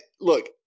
look